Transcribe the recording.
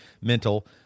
mental